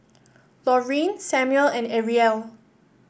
Laurene Samuel and Arielle